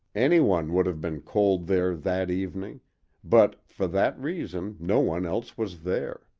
anyone would have been cold there that evening but, for that reason, no one else was there.